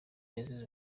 yazize